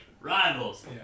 rivals